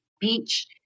beach